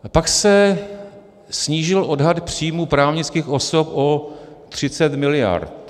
A pak se snížil odhad příjmů právnických osob o 30 mld..